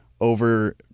over